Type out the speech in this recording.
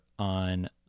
on